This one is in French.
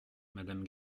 madame